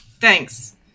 Thanks